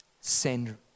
send